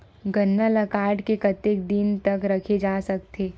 गन्ना ल काट के कतेक दिन तक रखे जा सकथे?